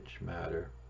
matter